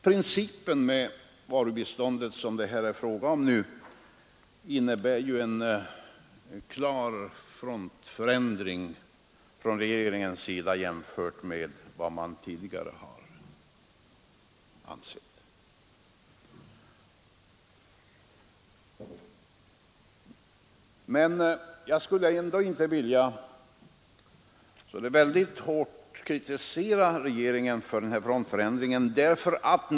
Principen i fråga om varubiståndet innebär en klar frontförändring från regeringens sida jämfört med vad man tidigare har ansett, men jag vill inte kritisera regeringen så där väldigt hårt för denna förändring.